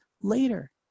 later